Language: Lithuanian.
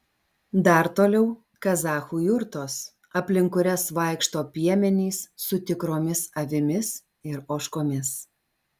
dar toliau kazachų jurtos aplink kurias vaikšto piemenys su tikromis avimis ir ožkomis